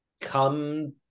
come